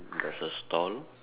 there's a stall